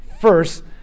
First